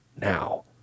now